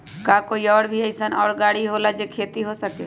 का कोई और भी अइसन और गाड़ी होला जे से खेती हो सके?